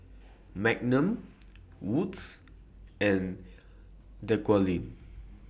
Magnum Wood's and Dequadin